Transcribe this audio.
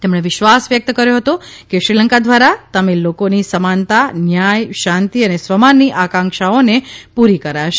તેમણે વિશ્વાસ વ્યક્ત કર્યો હતો કે શ્રીલંકા દ્વારા તામિલ લોકોની સમાનતા ન્યાય શાંતિ અને સ્વમાનની આકાંક્ષાઓને પુરી કરાશે